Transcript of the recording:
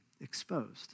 exposed